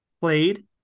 played